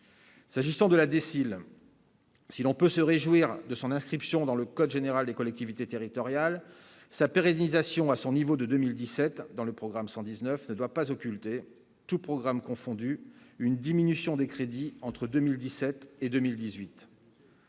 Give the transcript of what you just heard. S'agissant de la décile, si l'on peut se réjouir de son inscription dans le code général des collectivités territoriales, sa pérennisation à son niveau de 2017 dans le programme 119 ne doit pas occulter tous programmes confondus, une diminution des crédits entre 2017 et 2018.